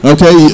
Okay